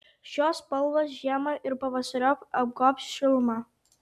šios spalvos žiemą ir pavasariop apgobs šiluma